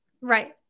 Right